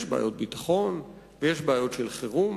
יש בעיות ביטחון ויש בעיות של חירום,